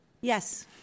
Yes